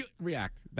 React